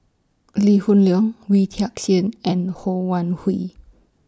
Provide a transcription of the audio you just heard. Lee Hoon Leong Wee Tian Siak and Ho Wan Hui